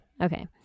Okay